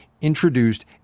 introduced